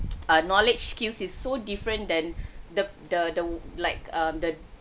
uh knowledge skills is so different than the the the like um the